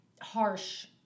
harsh